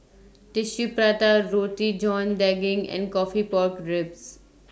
Tissue Prata Roti John Daging and Coffee Pork Ribs